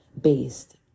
based